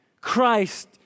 Christ